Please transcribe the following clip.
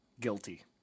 guilty